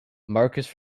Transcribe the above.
marcus